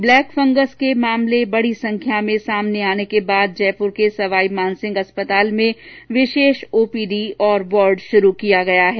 black fungus के मामले बड़ी संख्या में सामने आने के बाद जयपुर के सवाईमानसिंह अस्पताल में विशेष ओपीडी और वार्ड शुरू किया गया है